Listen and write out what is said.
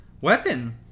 weapon